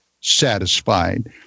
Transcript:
satisfied